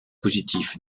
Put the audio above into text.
positif